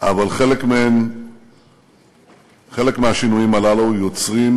אבל חלק מהשינויים הללו יוצרים